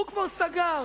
הוא כבר סגר.